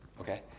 Okay